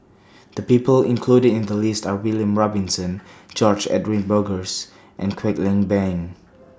The People included in The list Are William Robinson George Edwin Bogaars and Kwek Leng Beng